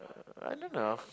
I don't know